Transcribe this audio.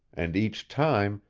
and each time,